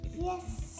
Yes